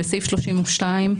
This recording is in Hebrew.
בסעיף 32,